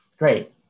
Great